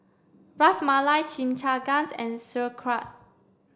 Ras Malai Chimichangas and Sauerkraut